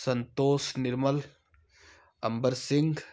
Santosh Nirmal Ambar Singh